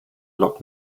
locken